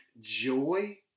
joy